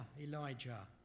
Elijah